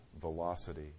velocity